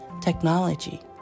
technology